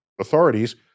authorities